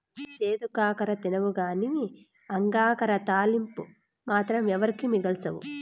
చేదు కాకర తినవుగానీ అంగాకర తాలింపు మాత్రం ఎవరికీ మిగల్సవు